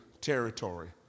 territory